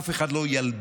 אף אחד לא ילבין